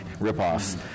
ripoffs